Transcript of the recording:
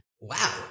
Wow